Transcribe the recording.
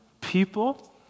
people